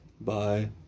Bye